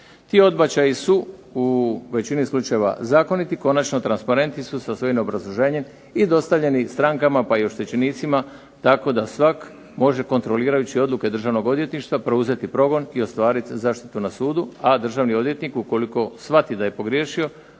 Ti odbačaji su u većini slučajeva zakoniti, konačno transparentni su sa svojim obrazloženjem i dostavljeni strankama pa i oštećenicima tako da svak može kontrolirajući odluke Državnog odvjetništva preuzeti progon i ostvariti zaštitu na sudu, a državni odvjetnik ukoliko shvati da je pogriješio